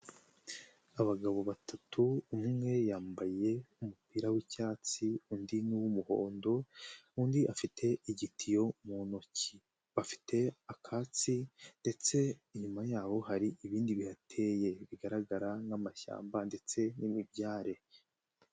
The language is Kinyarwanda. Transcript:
Abagabo batatu umwe yambaye umupira w'icyatsi, undi ni w'umuhondo, undi afite igitiyo mu ntoki. Bafite akatsi, ndetse inyuma yaho hari ibindi bihateye bigaragara nk'amashyamba ndetse n'imibyare.